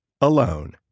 alone